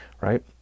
right